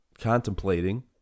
contemplating